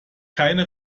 keine